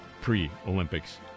pre-Olympics